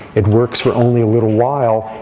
it works for only a little while.